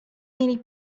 mieli